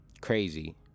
crazy